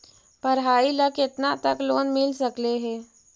पढाई ल केतना तक लोन मिल सकले हे?